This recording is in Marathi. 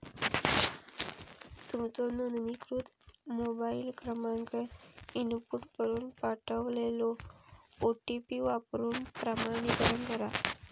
तुमचो नोंदणीकृत मोबाईल क्रमांक इनपुट करून पाठवलेलो ओ.टी.पी वापरून प्रमाणीकरण करा